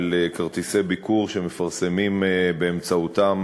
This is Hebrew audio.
של כרטיסי ביקור שמפרסמים באמצעותם,